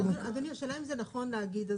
השאלה היא אם זה נכון להגיד,